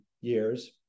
years